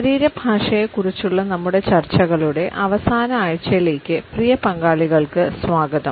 ശരീരഭാഷയെക്കുറിച്ചുള്ള നമ്മുടെ ചർച്ചകളുടെ അവസാന ആഴ്ചയിലേക്ക് പ്രിയ പങ്കാളികൾക്ക് സ്വാഗതം